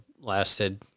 lasted